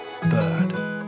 bird